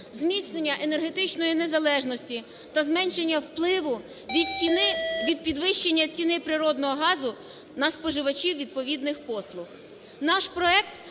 зміцнення енергетичної незалежності та зменшення впливу від ціни, від підвищення ціни природнього газу на споживачів відповідних послуг.